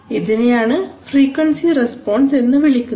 ഇതിനെയാണ് frequency response എന്ന് വിളിക്കുന്നത്